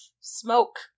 smoke